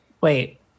Wait